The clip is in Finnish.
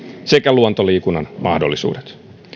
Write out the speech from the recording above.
sekä luontoliikunnan mahdollisuudet